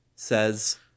says